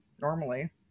normally